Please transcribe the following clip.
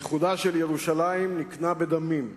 איחודה של ירושלים נקנה בדמים,